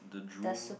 the drool